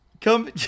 come